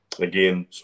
Again